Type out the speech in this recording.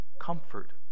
comfort